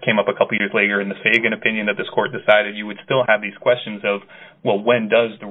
came up a couple years later in the face of an opinion that this court decided you would still have these questions of well when does the